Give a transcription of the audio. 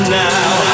now